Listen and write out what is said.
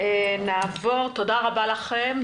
תודה רבה לכם.